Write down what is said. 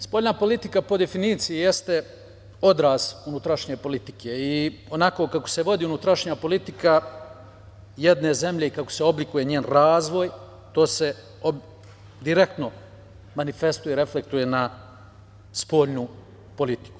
Spoljna politika po definiciji jeste odraz unutrašnje politike i onako kako se vodi unutrašnja politika jedne zemlje i kako se oblikuje njen razvoj, to se direktno manifestuje, reflektuje na spoljnu politiku.